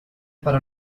para